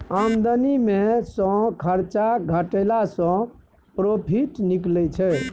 आमदनी मे सँ खरचा घटेला सँ प्रोफिट निकलै छै